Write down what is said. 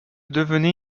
devenait